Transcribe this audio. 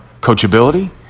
coachability